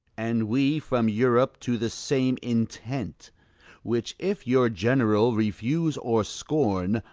and we from europe, to the same intent which if your general refuse or scorn,